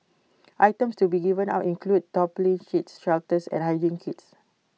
items to be given out include tarpaulin sheets shelters and hygiene kits